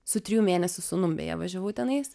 su trijų mėnesių sūnum beje važiavau tenais